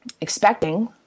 expecting